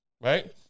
Right